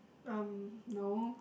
um no